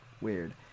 Weird